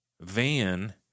van